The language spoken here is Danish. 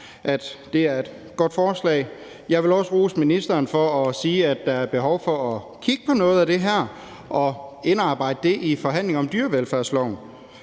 altså et godt forslag. Jeg vil også rose ministeren for at sige, at der er behov for at kigge på noget af det her og indarbejde det i forhandlingerne om dyrevelfærdsloven.